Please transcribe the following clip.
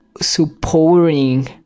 supporting